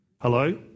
Hello